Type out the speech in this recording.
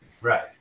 right